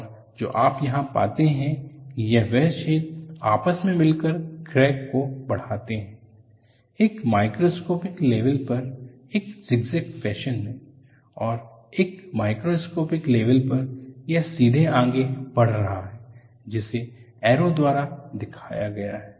और जो आप यहां पाते हैं कि वह छेद आपस में मिलकर क्रैक को बढ़ते हैं एक माइक्रोस्कोपिक लेवल पर एक ज़िगज़ैग फैशन में और एक मैक्रोस्कोपिक लेवल पर यह सीधे आगे बढ़ रहा है जिसे ऐरो द्वारा दिखाया गया है